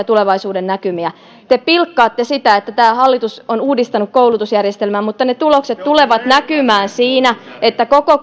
tulevaisuudennäkymiä te pilkkaatte sitä että tämä hallitus on uudistanut koulutusjärjestelmää mutta ne tulokset tulevat näkymään siinä että koko